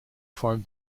form